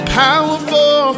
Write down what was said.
powerful